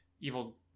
evil